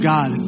God